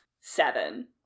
seven